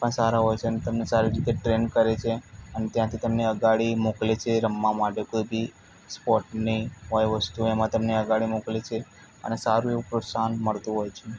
પણ સારા હોય છે અને તમને સારી રીતે ટ્રેન કરે છે અને ત્યાંથી તમને અગાડી મોકલે છે રમવા માટે કોઈ બી સ્પોર્ટની હોય વસ્તુ એમાં તમને અગાડી મોકલે છે અને સારું એવું પ્રોત્સાહન મળતું હોય છે